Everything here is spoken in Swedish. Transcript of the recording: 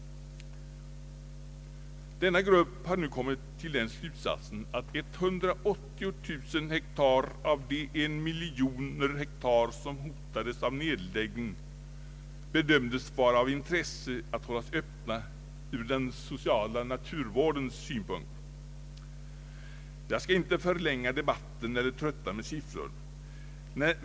Denna grupp har nu kommit till den slutsatsen att det ur den sociala naturvårdens synpunkt bedömdes vara av intresse att hålla 180 000 hektar öppna av de en miljon hektar som hotades av nedläggning. Jag skall inte förlänga debatten eller trötta med siffror.